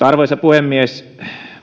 arvoisa puhemies